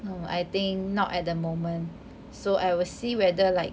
no I think not at the moment so I will see whether like